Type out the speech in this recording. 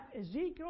Ezekiel